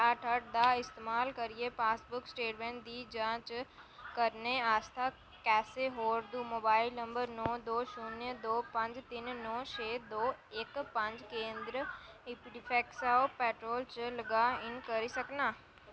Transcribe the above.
चार अट्ठ अट्ठ दा इस्तमाल करियै पासबुक स्टेटमैंट दी जांच करने आस्तै कैसे होर दु मोबाइल नंबर नौ दो शून्य दो पंज तिन नौ छे दो इक पंज केंदर ईपीएफओ पोर्टल च लाग इन करी सकनां